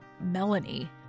Melanie